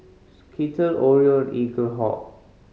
Skittle Oreo and Eaglehawk